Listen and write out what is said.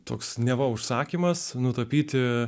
toks neva užsakymas nutapyti